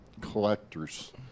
collectors